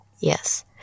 Yes